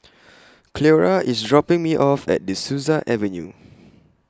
Cleora IS dropping Me off At De Souza Avenue